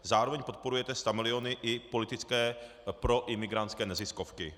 Zároveň podporujete stamiliony i politické pro imigrantské neziskovky.